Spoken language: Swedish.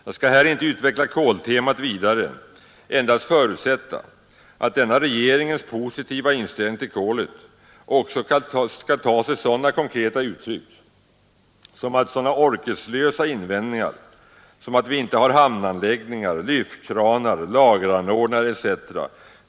Jag skall här inte utveckla koltemat vidare, endast förutsätta att denna regeringens positiva inställning till kolet också skall ta sig sådana konkreta uttryck att sådana orkeslösa invändningar som att vi inte har hamnanläggningar, lyftkranar, lageranordningar etc.